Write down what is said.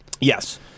Yes